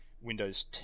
Windows